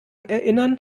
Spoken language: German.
erinnern